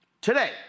Today